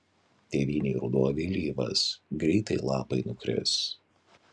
tėvynėj ruduo vėlyvas greitai lapai nukris